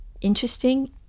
interesting